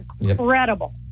incredible